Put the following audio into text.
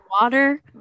water